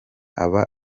aba